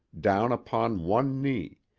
down upon one knee,